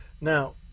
Now